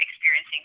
experiencing